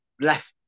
left